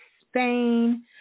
Spain